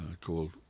Called